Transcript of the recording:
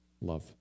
Love